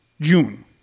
June